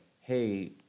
hey